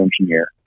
engineer